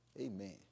Amen